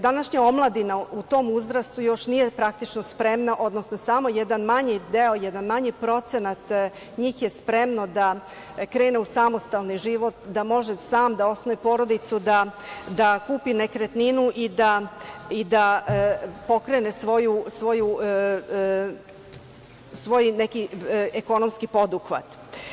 Današnja omladina u tom uzrastu još nije praktično spremna, odnosno samo jedan manji deo, jedan manji procenat njih je spremno da krene u samostalni život, da može sam da osnuje porodicu, da kupi nekretninu i da pokrene svoj ekonomski poduhvat.